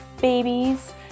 babies